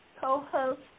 co-host